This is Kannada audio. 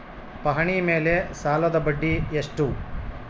ಪಹಣಿ ಮೇಲೆ ಸಾಲದ ಬಡ್ಡಿ ಎಷ್ಟು?